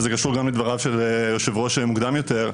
וזה קשור גם לדבריו של היושב-ראש שמוקדם יותר,